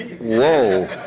Whoa